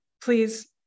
please